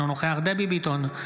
אינו נוכח דבי ביטון,